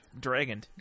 dragoned